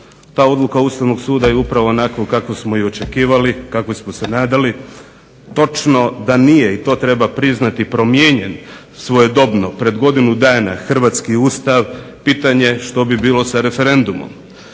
Ta odluka Ustavnog suda je upravo onako kakvoj smo se nadali, točno je da nije, to treba priznati, promijenjen svojedobno pred godinu dana Hrvatski ustav pitanje što bi bilo sa referendumom.